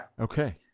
Okay